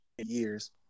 Years